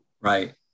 right